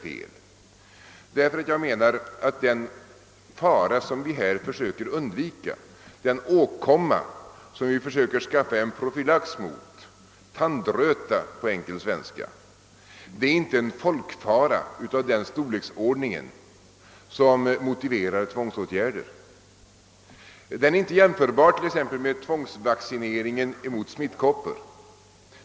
Jag anser nämligen att den fara vi försöker undvika, den åkomma som vi försöker skaffa en profylax mot — tandrötan — inte är en folkfara av den storleksordningen att den motiverar tvångsåtgärder. Den är inte jämförbar med t.ex. smittkopporna, mot vilka vi har tvångsvaccinering.